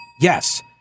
yes